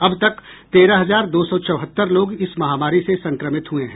अब तक तेरह हजार दो सौ चौहत्तर लोग इस महामारी से संक्रमित हुए है